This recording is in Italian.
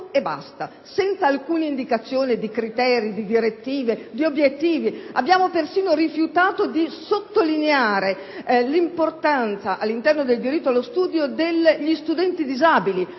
e basta, senza alcuna indicazione di criteri, di direttive o di obiettivi. Abbiamo persino rifiutato di sottolineare l'importanza, all'interno del diritto allo studio, degli studenti disabili,